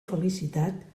felicitat